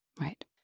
Right